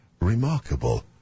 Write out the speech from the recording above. remarkable